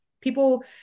People